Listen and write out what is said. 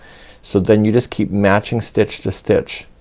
so then you just keep matching stitch to stitch.